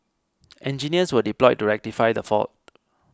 engineers were deployed to rectify the fault